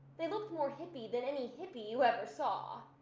they looked more hippie than any hippie you ever saw.